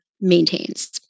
maintains